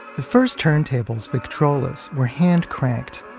the first turntables, victrolas, were hand-cranked.